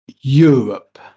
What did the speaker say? Europe